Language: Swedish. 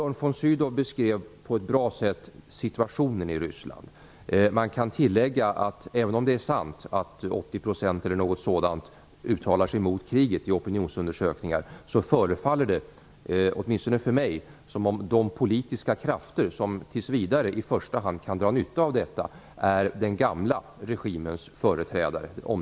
Björn von Sydow beskrev på ett bra sätt situationen i Ryssland. Man kan tillägga att även om det är sant att 80 % eller någonting sådant i opinionsundersökningar uttalar sig mot kriget så förefaller det åtminstone mig som om de politiska krafter som tills vidare i första hand kan dra nytta av detta är den gamla regimens företrädare.